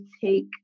take